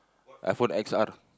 iPhone X_R